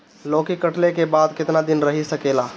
लौकी कटले के बाद केतना दिन रही सकेला?